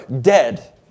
dead